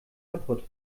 kapput